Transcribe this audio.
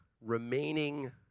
remaining